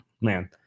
man